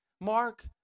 Mark